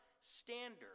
standard